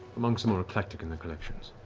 monks are more eclectic in their collections.